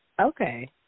Okay